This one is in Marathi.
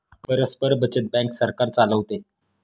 परस्पर बचत बँक सरकार चालवते